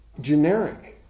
generic